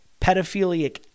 pedophilic